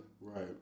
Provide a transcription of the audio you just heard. Right